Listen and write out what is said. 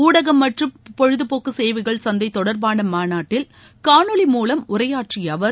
ஊடக மற்றும் பொழுது போக்கு சேவைகள் சந்தை தொடர்பான மாநாட்டில் காணொலி மூலம் உரையாற்றிய அவர்